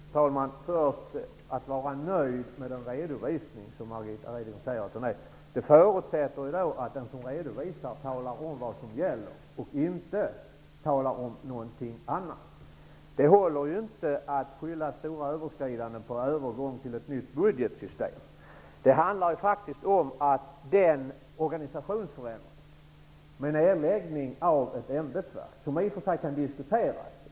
Fru talman! Margitta Edgren säger att hon är nöjd med redovisningen. Det förutsätter att den som redovisar talar om vad som gäller och inte säger någonting annat. Det håller inte att skylla stora överskridanden på en övergång till ett nytt budgetsystem. Det handlar faktiskt om en organisationsförändring med en nedläggning av ett ämbetsverk. Det kan i och för sig diskuteras.